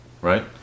right